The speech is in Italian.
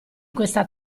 questa